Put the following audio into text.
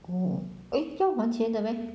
oh eh 要还钱的 meh